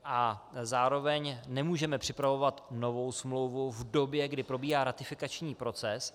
A zároveň nemůžeme připravovat novou smlouvu v době, kdy probíhá ratifikační proces.